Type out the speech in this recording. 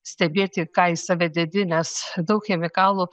stebėti ką į save dedi nes daug chemikalų